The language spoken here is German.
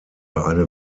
eine